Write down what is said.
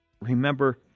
Remember